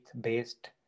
based